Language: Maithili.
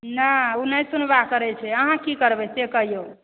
नहि ओ नहि सुनवाइ करै छै अहाँ की करबै से कहियो